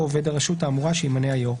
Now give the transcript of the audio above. או עובד הרשות האמורה שימנה היושב-ראש"."